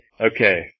Okay